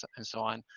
and so on.